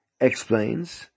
explains